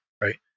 Right